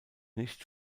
nicht